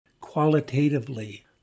qualitatively